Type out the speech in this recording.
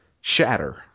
shatter